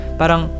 parang